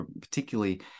particularly